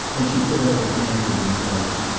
then she put out her hand and he held it.